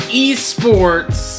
esports